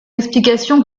explication